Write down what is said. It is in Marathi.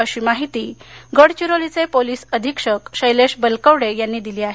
अशी माहिती गडचिरोलीचे पोलीस अधीक्षक शैलेश बलकवडे यांनी दिली आहे